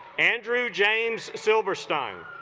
andrew james silberstein